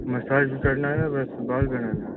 massage करना है बस बाल बनाना है